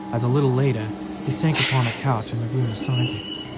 as a little later he sank upon a couch in the room assigned to him,